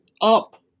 up